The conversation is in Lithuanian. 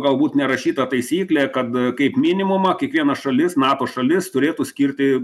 galbūt nerašyta taisyklė kad kaip minimumą kiekviena šalis nato šalis turėtų skirti